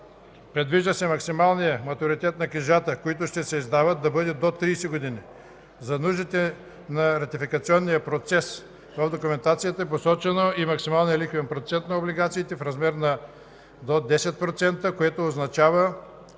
Предвижда се максималният матуритет на книжата, които ще се издават, да бъде до 30 години. За нуждите на ратификационния процес в документацията е посочен и максимален лихвен процент на облигациите в размер до 10%, което значително